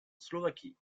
slovaquie